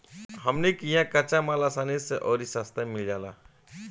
हमनी किहा कच्चा माल असानी से अउरी सस्ता मिल जाला